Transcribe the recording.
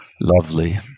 Lovely